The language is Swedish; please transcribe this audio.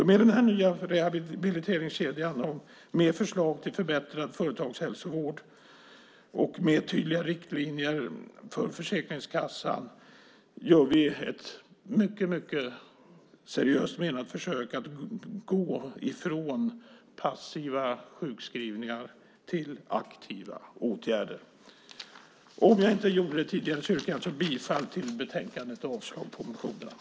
Med den här nya rehabiliteringskedjan, med förslag till förbättrad företagshälsovård och med tydliga riktlinjer för Försäkringskassan gör vi ett mycket seriöst menat försök att gå ifrån passiva sjukskrivningar till aktiva åtgärder. Om jag inte gjorde det tidigare yrkar jag alltså bifall till förslaget i betänkandet och avslag på motionerna.